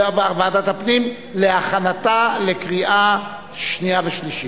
להכנתה לקריאה שנייה ושלישית.